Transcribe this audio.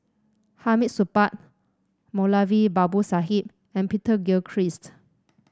Hamid Supaat Moulavi Babu Sahib and Peter Gilchrist